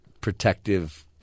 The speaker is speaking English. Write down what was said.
protective